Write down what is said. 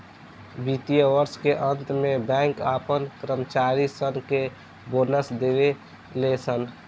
वित्तीय वर्ष के अंत में बैंक अपना कर्मचारी सन के बोनस देवे ले सन